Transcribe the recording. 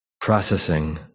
processing